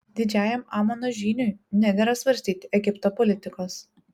didžiajam amono žyniui nedera svarstyti egipto politikos